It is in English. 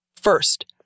First